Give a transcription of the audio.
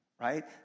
right